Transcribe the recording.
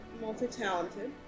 multi-talented